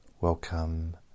welcome